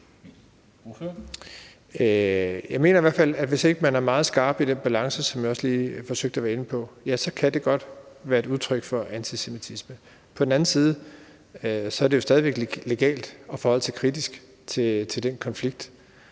Jeg mener i hvert fald, at hvis man ikke er meget skarp i den balance, som jeg også lige forsøgte at komme ind på, kan det godt være et udtryk for antisemitisme. På den anden side er det stadig væk legalt at forholde sig kritisk til den konflikt,